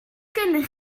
gennych